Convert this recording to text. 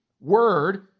word